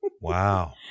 Wow